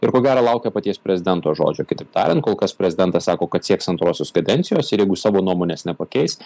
ir ko gero laukia paties prezidento žodžio kitaip tariant kol kas prezidentas sako kad sieks antrosios kadencijos ir jeigu savo nuomonės nepakeis